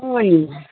अँ नि